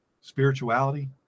spirituality